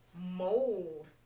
mold